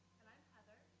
and i'm heather,